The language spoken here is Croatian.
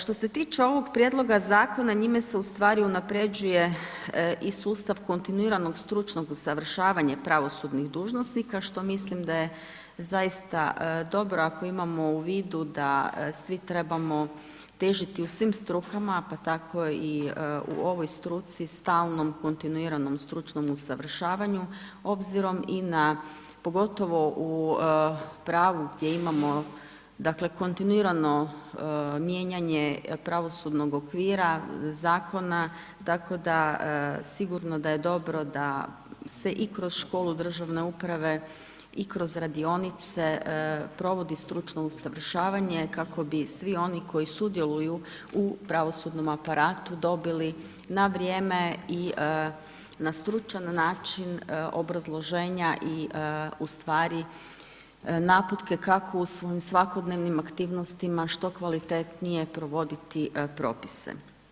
Što se tiče ovog prijedloga zakona, njime se ustvari unaprjeđuje i ustav kontinuiranog stručnog usavršavanje pravosudnih dužnosnika, što mislim da je zaista dobro, ako imamo u vidu, da svi trebamo težiti u svim strukama, pa tako i u ovoj struci stalnom, kontinuiranom stručnom usavršavanju, obzirom i na, pogotovo u pravu gdje imamo dakle, kontinuirano mijenjanje pravosudnog okvira, zakona tako da sigurno da je dobro da se i kroz školu državne uprave i kroz radionice provodi stručno usavršavanje, kako bi svi oni koji sudjeluju u pravosudnom aparatu dobili na vrijeme i na stručan način obrazloženja i ustvari naputke, kako u svojim svakodnevnim aktivnostima, što kvalitetnije provoditi propise.